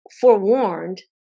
forewarned